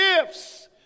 gifts